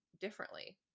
differently